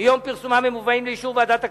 מיום פרסומם הם מובאים לאישור ועדת הכספים.